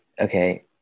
Okay